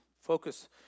focus